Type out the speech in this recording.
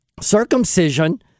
circumcision